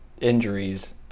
injuries